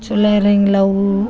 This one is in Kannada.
ಚಲೋ ಇರಂಗಿಲ್ಲ ಅವು